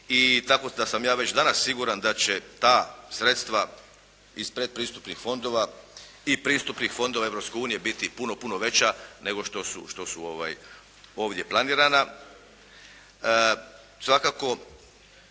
I, tako da sam ja već danas siguran da će ta sredstva iz predpristupnih fondova i pristupnih fondova Europske unije biti puno, puno veća nego što su ovdje planirana.